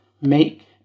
make